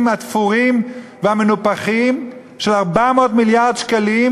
התפורים והמנופחים של 400 מיליארד שקל,